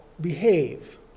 behave